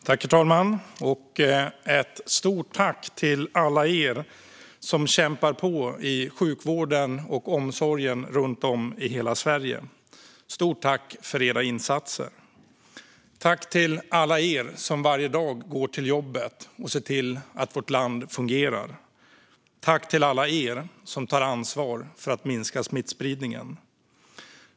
Herr talman! Jag vill rikta ett stort tack till alla som kämpar på i sjukvården och omsorgen runt om i hela Sverige. Stort tack för era insatser! Tack också till alla er som varje dag går till jobbet och ser till att vårt land fungerar! Tack till alla er som tar ansvar för att minska smittspridningen!